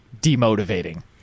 demotivating